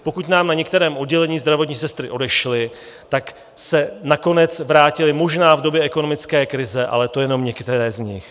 Pokud nám na některém oddělení zdravotní sestry odešly, tak se nakonec vrátily možná v době ekonomické krize, ale to jenom některé z nich.